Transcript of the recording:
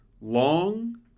long